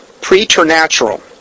preternatural